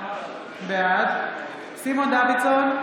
בעד סימון דוידסון,